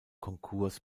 konkurs